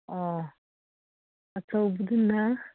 ꯑꯣ ꯑꯆꯧꯕꯗꯨꯅ